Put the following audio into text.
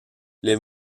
les